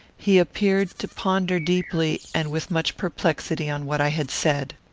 he appeared to ponder deeply and with much perplexity on what i had said.